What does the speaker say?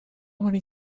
many